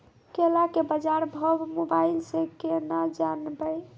केला के बाजार भाव मोबाइल से के ना जान ब?